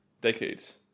decades